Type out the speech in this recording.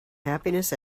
happiness